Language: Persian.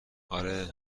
آره